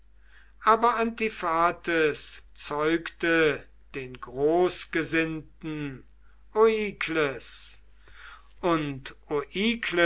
aber antiphates zeugte den großgesinnten oikles und